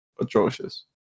atrocious